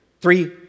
Three